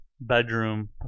bedroom